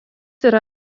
yra